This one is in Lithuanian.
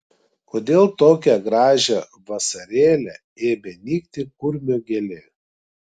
kodėl tokią gražią vasarėlę ėmė nykti kurmio gėlė